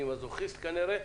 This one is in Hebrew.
אני מזוכיסט כנראה,